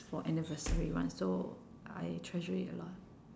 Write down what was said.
for anniversary [one] so I treasure it a lot